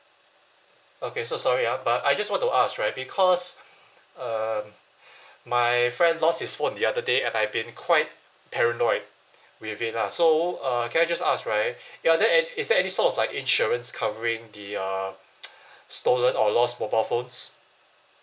okay so sorry ah but I just want to ask right because um my friend lost his phone the other day I've been quite paranoid with it lah so uh can I just ask right ya there is there any sort of like insurance covering the uh stolen or lost mobile phones